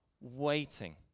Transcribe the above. waiting